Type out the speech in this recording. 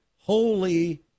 holy